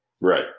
Right